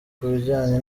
kubijyanye